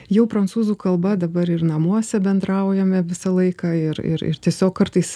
jau prancūzų kalba dabar ir namuose bendraujame visą laiką ir ir ir tiesiog kartais